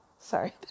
Sorry